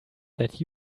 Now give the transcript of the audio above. that